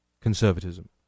conservatism